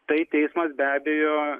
tai teismas be abejo